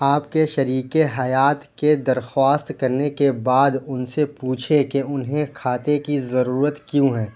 آپ کے شریک حیات کے درخواست کرنے کے بعد ان سے پوچھیں کہ انہیں کھاتے کی ضرورت کیوں ہے